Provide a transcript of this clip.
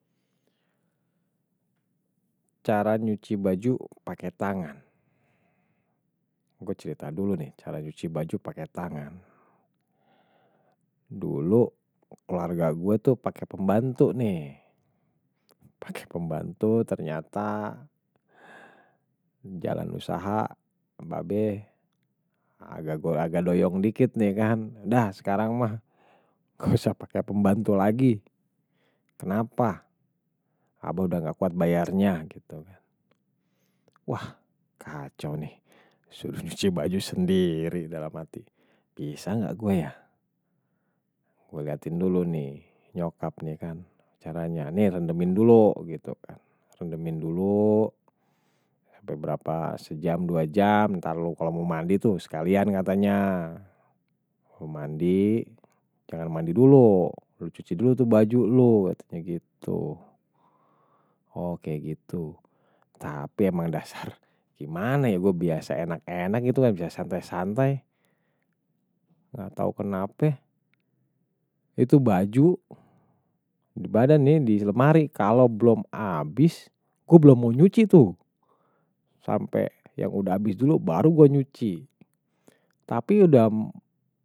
Cara nyuci baju pakai tangan gue cerita dulu nih, cara nyuci baju pakai tangan dulu, keluarga gue tuh pake pembantu nih pake pembantu ternyata jalan usaha, babe agak doyong dikit nih kan dah, sekarang mah, gak usah pakai pembantu lagi kenapa abah udah gak kuat bayarnya gitu kan wah, kacau nih sudah nyuci baju sendiri dalam hati bisa gak gue ya gue liatin dulu nih, nyokapnya kan caranya, nih rendemin dulu gitu kan, rendemin dulu sampai berapa, sejam, dua jam ntar lu kalo mau mandi tuh sekalian katanya lu mandi, jangan mandi dulu lu cuci dulu tuh baju lu katanya gitu oh, kayak gitu tapi emang dasar gimana ya, gue biasa enak-enak gitu kan bisa santai santai gak tau kenapa itu baju di badan nih, di lemari kalo belum habis gue belum mau nyuci tuh sampe yang udah habis dulu, baru gue nyuci tapi udah.